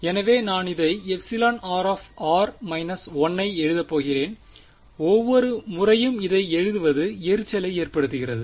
எனவே நான் இதை r 1 ஐ எழுதப் போகிறேன் ஒவ்வொரு முறையும் இதை எழுதுவது எரிச்சலை ஏற்படுத்துகிறது